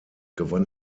gewann